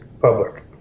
public